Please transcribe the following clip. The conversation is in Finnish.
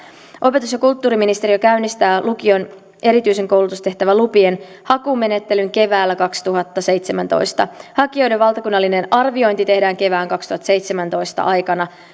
opetus ja kulttuuriministeriö käynnistää lukion erityisen koulutustehtävän lupien hakumenettelyn keväällä kaksituhattaseitsemäntoista hakijoiden valtakunnallinen arviointi tehdään kevään kaksituhattaseitsemäntoista aikana